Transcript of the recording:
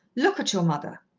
look at your mother!